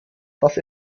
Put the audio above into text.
dass